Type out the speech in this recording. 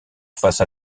face